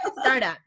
startup